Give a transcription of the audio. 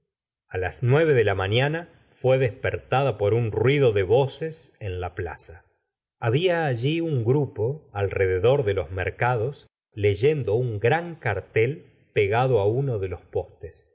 a las nueve de la mañana fué despertada por un ruido de voces en la plaza la señora de dovary había allí un grupo alrededor de los mercados leyendo un gran cartel pegndo á uno de los postes